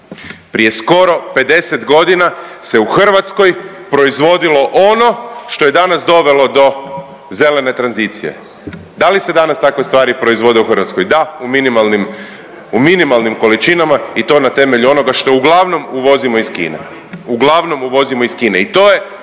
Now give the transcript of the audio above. Prije skoro pedeset godina se u Hrvatskoj proizvodilo ono što je danas dovelo do zelene tranzicije. Da li se danas takve stvari proizvode u Hrvatskoj? Da, u minimalnim količinama i to na temelju onoga što uglavnom uvozimo iz Kine. I to je